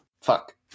Fuck